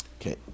Okay